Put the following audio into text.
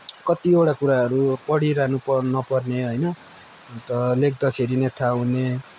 कतिवटा कुराहरू पढिरहनु पर नपर्ने होइन अन्त लेख्दाखेरि नै थाहा हुने